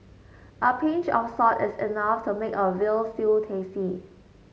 a pinch of salt is enough to make a veal stew tasty